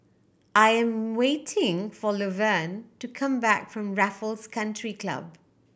I 'm waiting for Luverne to come back from Raffles Country Club